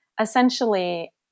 essentially